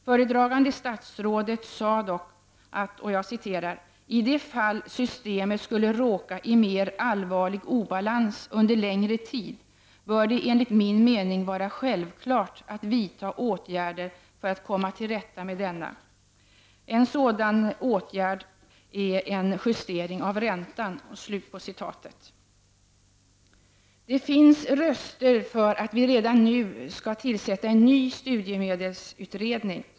Föredragande statsrådet sade dock: ”I det fall systemet skulle råka i mera allvarlig obalans under längre tid bör det enligt min mening vara självklart att vidta åtgärder för att komma till rätta med denna. En sådan åtgärd är en justering av räntan.” Det finns röster som talar för att det redan nu skall tillsättas en ny studiemedelsutredning.